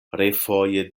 refoje